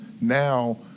now